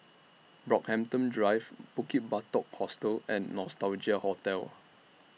Brockhampton Drive Bukit Batok Hostel and Nostalgia Hotel